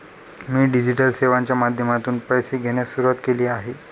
मी digital सेवांच्या माध्यमातून पैसे घेण्यास सुरुवात केली आहे